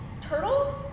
Turtle